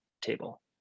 table